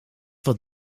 wat